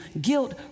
guilt